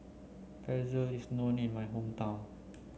Pretzel is known in my hometown